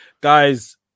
guys